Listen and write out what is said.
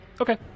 Okay